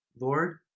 Lord